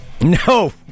No